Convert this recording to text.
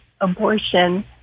abortion